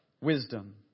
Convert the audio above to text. wisdom